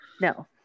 No